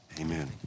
Amen